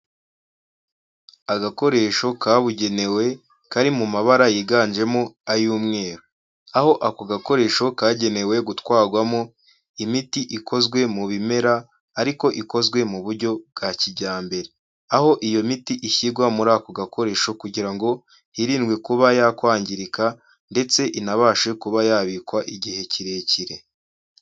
Agakoresho kabugenewe kari mu mabara yiganjemo ay'umweru, aho ako gakoresho kagenewe gutwarwamo imiti ikozwe mu bimera ariko ikozwe mu buryo bwa kijyambere. Aho iyo miti ishyirwa muri ako gakoresho kugira ngo hirindwe kuba yakwangirika ndetse inabashe kuba yabikwa igihe kirekire.